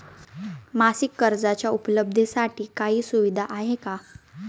मासिक कर्जाच्या उपलब्धतेसाठी काही सुविधा आहे का?